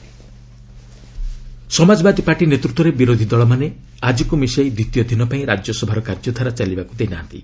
Rajya Sabha adjourn Samajwadi party ନେତୃତ୍ୱରେ ବିରୋଧୀ ଦଳମାନେ ଆଜିକୁ ମିଶାଇ ଦ୍ୱିତୀୟ ଦିନ ପାଇଁ ରାଜ୍ୟସଭାର କାର୍ଯ୍ୟଧାରା ଚାଲିବାକ୍ର ଦେଇ ନାହାନ୍ତି